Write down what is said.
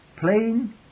plain